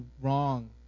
wrong